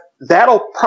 that'll